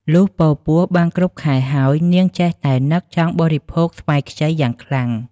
លុះពរពោះបានគ្រប់ខែហើយ នាងចេះតែនឹកចង់បរិភោគស្វាយខ្ចីយ៉ាងខ្លាំង។